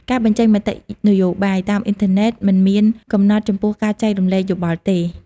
ការបញ្ចេញមតិនយោបាយតាមអ៊ីនធឺណិតមិនមានកំណត់ចំពោះការចែករំលែកយោបល់ទេ។